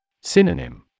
Synonym